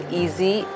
easy